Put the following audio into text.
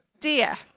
dear